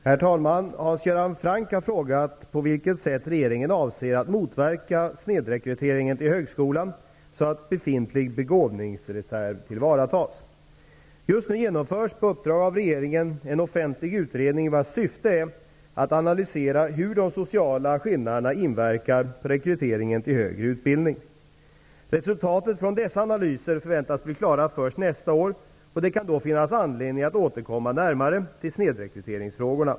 Herr talman! Hans Göran Franck har frågat på vilket sätt regeringen avser att motverka snedrekryteringen till högskolan så att befintlig begåvningsreserv tillvaratas. Just nu genomförs, på uppdrag av regeringen, en offentlig utredning, vars syfte är att analysera hur de sociala skillnaderna inverkar på rekryteringen till högre utbildning. Resultatet från dessa analyser förväntas bli klara först nästa år, och det kan då finnas anledning att återkomma närmare till snedrekryteringsfrågorna.